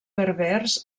berbers